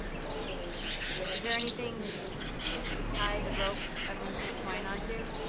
but is there anything to tie the robe of infinite twine onto?